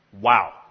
Wow